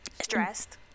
stressed